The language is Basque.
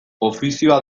ofizioa